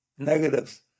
negatives